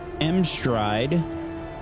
Mstride